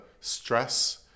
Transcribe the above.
stress